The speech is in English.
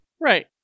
Right